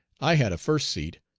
i had a first seat,